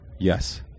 Yes